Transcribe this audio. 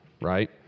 right